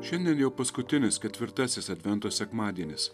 šiandien jau paskutinis ketvirtasis advento sekmadienis